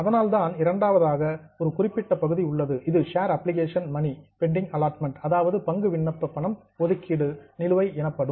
அதனால்தான் இரண்டாவதாக ஒரு குறிப்பிட்ட பகுதி உள்ளது இது share application money pending allotment அதாவது பங்கு விண்ணப்ப பணம் ஒதுக்கீடு நிலுவை எனப்படும்